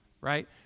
right